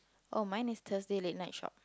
oh mine is Thursday late night shop